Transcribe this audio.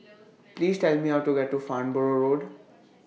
Please Tell Me How to get to Farnborough Road